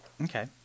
okay